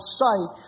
sight